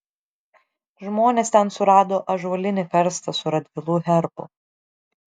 žmonės ten surado ąžuolinį karstą su radvilų herbu